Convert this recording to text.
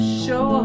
show